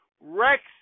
Rex